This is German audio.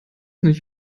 nicht